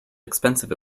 expensive